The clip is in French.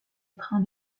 train